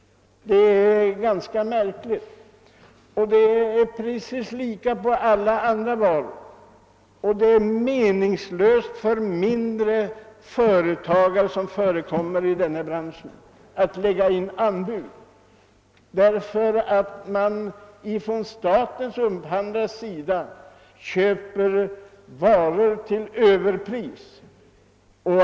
Liknande förekommer för andra varor.